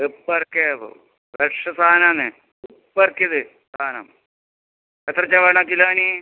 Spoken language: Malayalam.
ഇപ്പോൾ ഇറക്കിയതേ ഉള്ളൂ ഫ്രഷ് സാധനം ആണ് ഇപ്പം ഇറക്കിയത് സാധനം എത്രച്ച വേണം കിലോന്